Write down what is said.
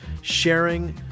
sharing